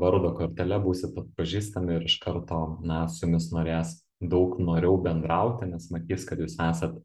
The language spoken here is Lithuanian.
vardo kortele būsit atpažįstami ir iš karto na su jumis norės daug noriau bendrauti nes matys kad jūs esat